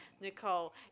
Nicole